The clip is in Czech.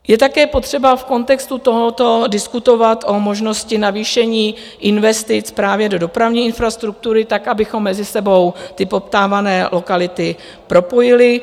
Je také potřeba v kontextu tohoto diskutovat o možnosti navýšení investic právě do dopravní infrastruktury tak, abychom mezi sebou ty poptávané lokality propojili.